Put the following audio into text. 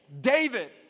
David